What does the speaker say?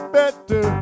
better